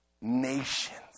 nations